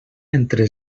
entre